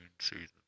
season